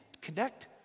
connect